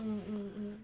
mm mm mm